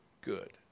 good